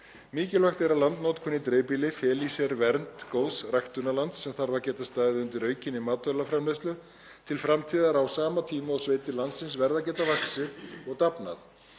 Mikilvægt er að landnotkun í dreifbýli feli í sér vernd góðs ræktarlands sem þarf að geta staðið undir aukinni matvælaframleiðslu til framtíðar á sama tíma og sveitir landsins verða að geta vaxið og dafnað.